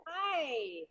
Hi